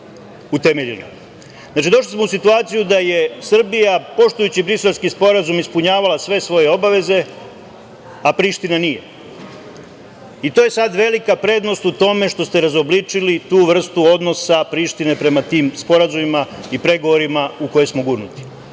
došli smo u situaciju da je Srbija, poštujući Briselski sporazum, ispunjavala sve svoje obaveze, a Priština nije. To je sada velika prednost u tome što ste razobličili tu vrstu odnosa Prištine prema tim sporazumima i pregovorima u koje smo gurnuti.